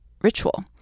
Ritual